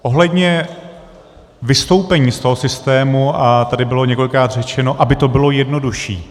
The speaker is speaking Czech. Ohledně vystoupení z toho systému a tady bylo několikrát řečeno, aby to bylo jednodušší.